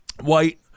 white